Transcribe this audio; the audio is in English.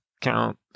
count